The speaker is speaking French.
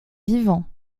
vivants